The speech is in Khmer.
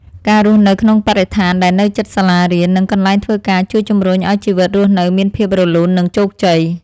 ការរស់នៅក្នុងបរិស្ថានដែលនៅជិតសាលារៀននិងកន្លែងធ្វើការជួយជម្រុញឱ្យជីវិតរស់នៅមានភាពរលូននិងជោគជ័យ។